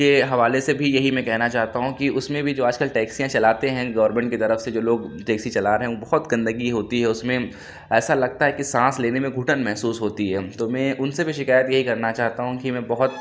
کے حوالے سے بھی یہی میں کہنا چاہتا ہوں کہ اُس میں بھی جو آج کل ٹیکسیاں چلاتے ہیں گورنمنٹ کی طرف سے جو لوگ ٹیکسی چلا رہے ہیں وہ بہت گندگی ہوتی ہے اُس میں ایسا لگتا ہے کہ سانس لینے میں گُھٹن محسوس ہوتی ہے تو میں اُن سے بھی شکایت یہی کرنا چاہتا ہوں کہ میں بہت